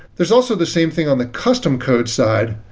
there's also the same thing on the custom code side,